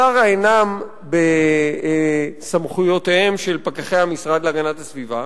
צרה עינם בסמכויותיהם של פקחי המשרד להגנת הסביבה.